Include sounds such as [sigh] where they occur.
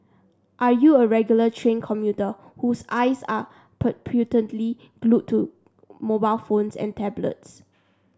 are you a regular train commuter whose eyes are [unintelligible] glued to mobile phones and tablets